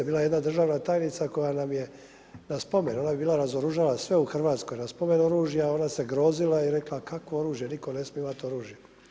Bila je jedna državna tajnica koja nam je na spomen, ona bi bila razoružala sve u Hrvatskoj, na spomen oružja ona se grozila i rekla – kakvo oružje, nitko ne smije imati oružje.